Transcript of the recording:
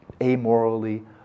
amorally